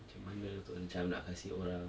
macam mana untuk macam nak kasi orang